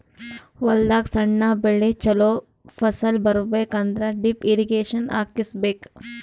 ಹೊಲದಾಗ್ ಸಣ್ಣ ಬೆಳಿ ಚೊಲೋ ಫಸಲ್ ಬರಬೇಕ್ ಅಂದ್ರ ಡ್ರಿಪ್ ಇರ್ರೀಗೇಷನ್ ಹಾಕಿಸ್ಬೇಕ್